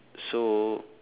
so